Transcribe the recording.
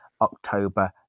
october